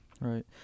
Right